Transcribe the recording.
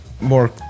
more